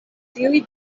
tiuj